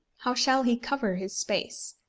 how shall he cover his space?